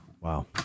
Wow